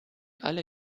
alle